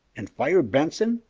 and fire benson,